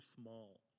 small